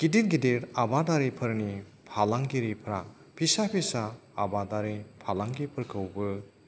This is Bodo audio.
गिदिर गिदिर आबादारिफोरनि फालांगिरिफोरा फिसा फिसा आबादारि फालांगिरिफोरखौबो